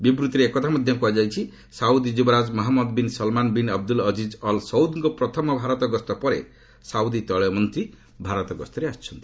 ବିବୂତ୍ତିରେ ଏକଥା ମଧ୍ୟ କୁହାଯାଉଛି ସାଉଦି ଯୁବରାଜ Mohammed bin Salman bin Abdulaziz al ସଉଦଙ୍କ ପ୍ରଥମ ଭାରତଗସ୍ତ ପରେ ସାଉଦି ତୈଳ ମନ୍ତ୍ରୀ ଭାରତ ଗସ୍ତରେ ଆସିଛନ୍ତି